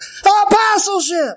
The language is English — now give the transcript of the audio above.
Apostleship